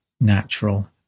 natural